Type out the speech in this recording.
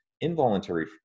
Involuntary